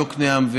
יקנעם,